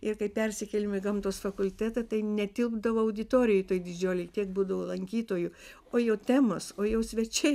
ir kai persikėlėme į gamtos fakultetą tai netilpdavo auditorijoj toj didžiolėj tiek būdavo lankytojų o jau temos o jau svečiai